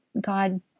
God